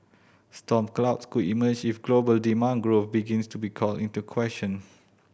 storm clouds could emerge if global demand growth begins to be called into question